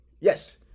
Yes